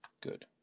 Good